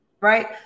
right